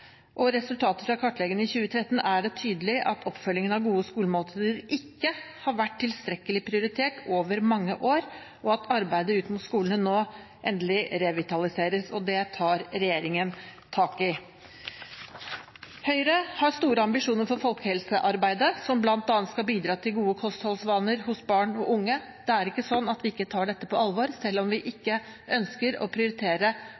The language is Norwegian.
Og ut fra resultatet fra kartleggingen i 2013 er det tydelig at oppfølgingen av gode skolemåltider ikke har vært tilstrekkelig prioritert over mange år, men at arbeidet ut mot skolene nå endelig revitaliseres, og at regjeringen tar tak i det. Høyre har store ambisjoner for folkehelsearbeidet, som bl.a. skal bidra til gode kostholdsvaner hos barn og unge. Det er ikke slik at vi ikke tar dette på alvor selv om vi ikke ønsker å prioritere